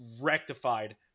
rectified